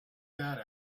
that